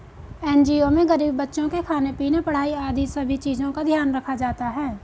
NGO में गरीब बच्चों के खाने पीने, पढ़ाई आदि सभी चीजों का ध्यान रखा जाता है